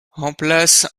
remplace